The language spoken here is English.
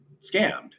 scammed